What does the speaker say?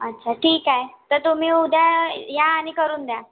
अच्छा ठीक आहे तर तुम्ही उद्या या आणि करून द्या